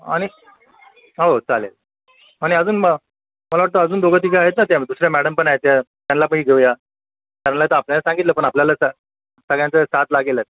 आणि हो चालेल आणि अजून मग मला वाटतं अजून दोघंतिघं आहेत ना त्या आहेत ना दुसऱ्या मॅडम पण आहेत त्या त्यांना पण घेऊ या त्यांना आपल्याला सांगितलं पण आपल्याला सगळ्यांचं साथ लागेलच